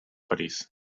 parís